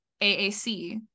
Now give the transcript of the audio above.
AAC